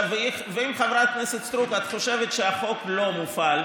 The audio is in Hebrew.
ואם, חברת הכנסת סטרוק, את חושבת שהחוק לא מופעל,